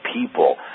people